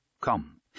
Come